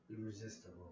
irresistible